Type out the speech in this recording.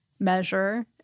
measure